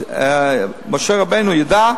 משה רבנו ידע,